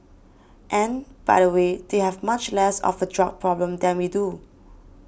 and by the way they have much less of a drug problem than we do